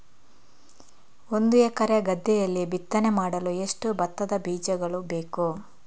ಒಂದು ಎಕರೆ ಗದ್ದೆಯಲ್ಲಿ ಬಿತ್ತನೆ ಮಾಡಲು ಎಷ್ಟು ಭತ್ತದ ಬೀಜಗಳು ಬೇಕು?